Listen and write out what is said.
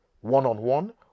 one-on-one